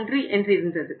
51 என்றிருந்தது